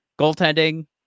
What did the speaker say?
goaltending